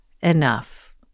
Enough